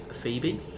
Phoebe